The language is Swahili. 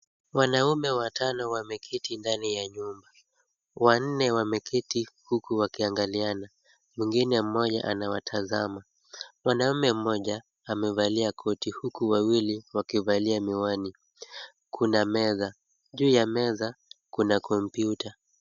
Wanaume watano wameketi ndani ya nyumba. Wanne wameketi huku wakiangaliana, mwingine mmoja anawatazama. Mwanamume mmoja amevalia koti huku wawili wakivalia miwani. Kuna meza, juu ya meza kuna kompyuta.